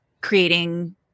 creating